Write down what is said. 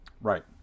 Right